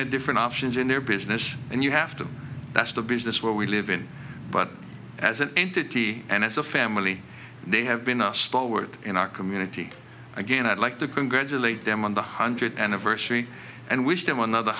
at different options in their business and you have to that's the business where we live in but as an entity and as a family they have been a stalwart in our community again i'd like to congratulate them on the hundredth anniversary and w